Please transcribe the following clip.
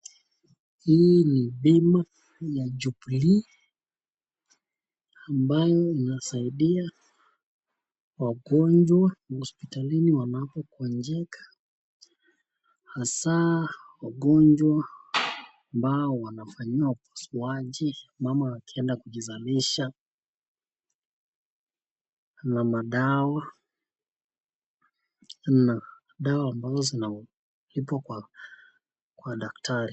Hii ni bima ya jubilee, ambayo inasaidia wagonjwa hospitalini wanapo gonjeka, hasaa wagonjwa ambao wanafanyia upasuaji, mama ambao wanazalisha, ambayo dawa zinalipwa kwa daktari.